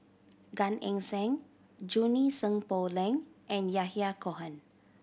Gan Eng Seng Junie Sng Poh Leng and Yahya Cohen